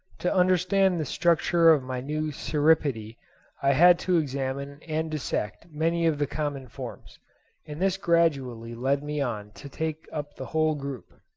to understand the structure of my new cirripede i had to examine and dissect many of the common forms and this gradually led me on to take up the whole group.